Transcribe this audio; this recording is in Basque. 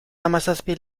hamazazpi